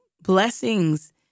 blessings